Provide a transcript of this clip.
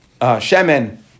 Shemen